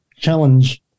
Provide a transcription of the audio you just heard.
challenge